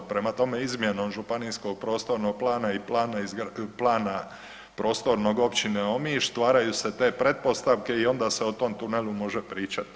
Prema tome, izmjenom županijskog prostornog plana i plana prostornog općine Omiš stvaraju se te pretpostavke i onda se o tom tunelu može pričati.